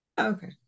Okay